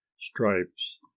Stripes